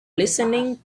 listening